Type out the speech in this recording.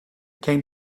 came